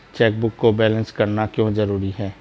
Chequebook को balance करना क्यों जरूरी है?